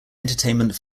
entertainment